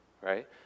right